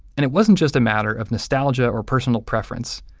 and it wasn't just a matter of nostalgia or personal preference.